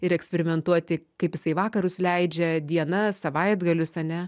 ir eksperimentuoti kaip jisai vakarus leidžia dienas savaitgalius ane